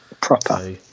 Proper